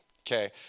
okay